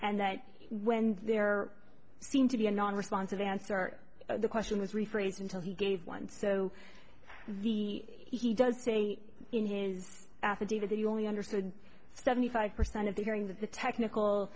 and that when there seemed to be a non responsive answer the question was rephrase until he gave one so the he does say in his affidavit that you only understood seventy five percent of the hearing that's a technical